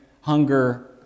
hunger